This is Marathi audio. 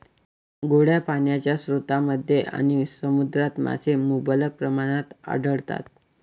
गोड्या पाण्याच्या स्रोतांमध्ये आणि समुद्रात मासे मुबलक प्रमाणात आढळतात